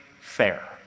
fair